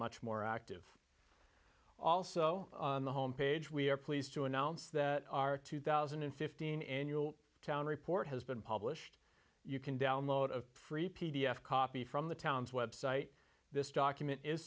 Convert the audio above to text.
much more active also on the home page we are pleased to announce that our two thousand and fifteen annual town report has been published you can download a free p d f copy from the town's website this document is